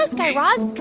ah guy raz.